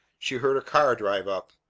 she heard a car drive up.